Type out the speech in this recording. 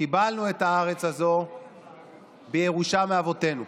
קיבלנו את הארץ הזו בירושה מאבותינו.